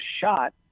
shot